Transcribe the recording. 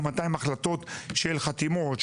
200 החלטות של חתימות,